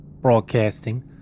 broadcasting